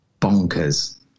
bonkers